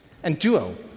and duo,